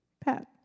Pat